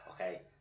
okay